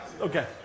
Okay